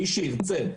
מי שירצה,